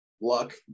luck